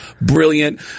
Brilliant